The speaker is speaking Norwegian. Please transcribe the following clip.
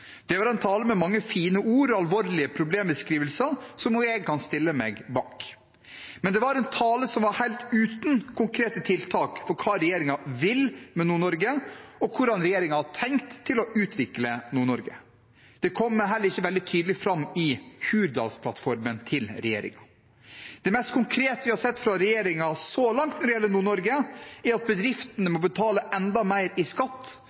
Det var en tale med mange fine ord og alvorlige problemstillinger som også jeg kan stille meg bak, men det var en tale helt uten konkrete tiltak for hva regjeringen vil med Nord-Norge, og hvordan regjeringen har tenkt å utvikle Nord-Norge. Det kommer heller ikke veldig tydelig fram i Hurdalsplattformen til regjeringen. Det mest konkrete vi har sett fra regjeringen så langt når det gjelder Nord-Norge, er at bedriftene må betale enda mer i skatt,